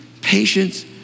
patience